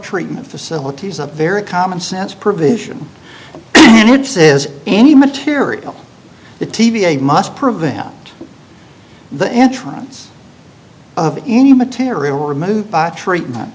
treatment facilities a very commonsense provision and it says any material the t b a must prevent the entrance of any material removed by treatment